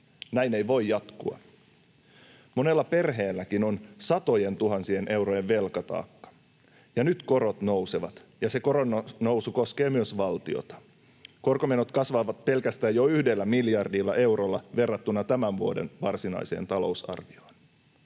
Näin ei voi jatkua. Monella perheelläkin on satojentuhansien eurojen velkataakka, ja nyt korot nousevat, ja se koron nousu koskee myös valtiota. Korkomenot kasvavat pelkästään jo yhdellä miljardilla eurolla verrattuna tämän vuoden varsinaiseen talousarvioon.